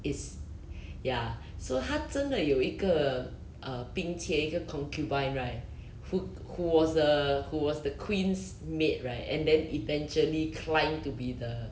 is ya so 他真的有一个 uh 斌妾一个 concubine right who who was a who was the queen's maid right and then eventually climb to be the